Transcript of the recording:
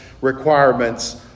requirements